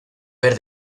ver